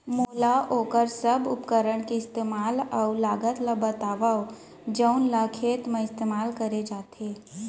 मोला वोकर सब उपकरण के इस्तेमाल अऊ लागत ल बतावव जउन ल खेत म इस्तेमाल करे जाथे?